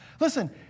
Listen